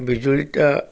ବିଜୁଳିଟା